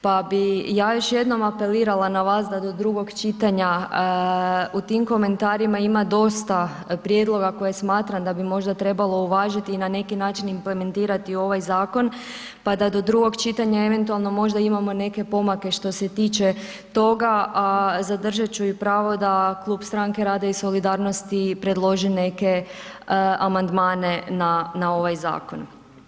Pa bi ja još jednom apelirala na vas da do drugog čitanja u tim komentarima ima dosta prijedloga koje smatram da bi možda trebalo uvažiti i na neki način implementirati u ovaj zakon, pa da do drugog čitanja eventualno možda imamo neke pomake što se tiče toga, a zadržat ću i pravo da Klub Stranke rada i solidarnosti predloži neke amandmane na ovaj zakon.